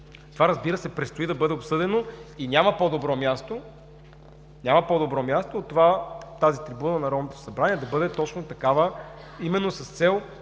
Това, разбира се, предстои да бъде обсъдено и няма по-добро място от това – тази трибуна на Народното събрание да бъде точно такава именно с цел